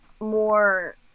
more